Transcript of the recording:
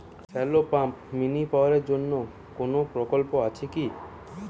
Shallow pump mini power জন্য কোনো প্রকল্প আছে কি?